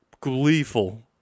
gleeful